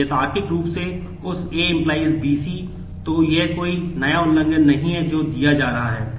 तो यह तार्किक रूप से उस A → BC तो यह कोई नया उल्लंघन नहीं है जो दिया जा रहा है